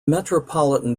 metropolitan